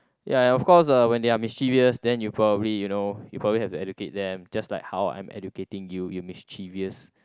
ya and of course uh when they are mischievous then you probably you know you probably have to educate them just like how I'm educating you you mischievous